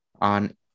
on